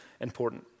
important